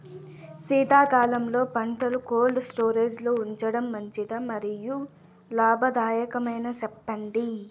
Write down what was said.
శీతాకాలంలో పంటలు cold storage లో ఉంచడం మంచిదా? మరియు లాభదాయకమేనా, సెప్పండి